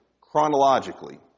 chronologically